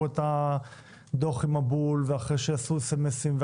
את הדוח עם הבול ואחרי שעשו אס.אמ.אסים,